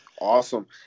Awesome